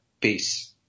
Peace